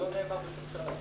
זה לא נאמר בשום שלב.